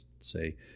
say